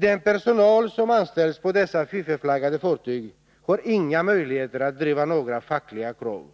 Den personal som anställs på dessa fiffelflaggade fartyg har inga möjligheter att driva några fackliga krav